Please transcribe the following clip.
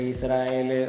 Israel